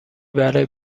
برای